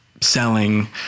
selling